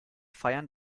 feiern